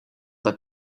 that